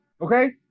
okay